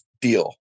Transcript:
deal